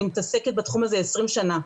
אני מתעסקת בתחום הזה 20 שנה,